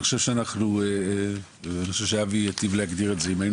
אני חושב שאבי היטיב להגדיר את זה: אם היינו